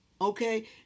okay